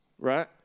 right